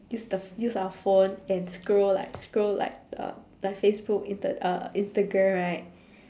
use the use our phone and scroll like scroll like the like facebook inte~ instagram right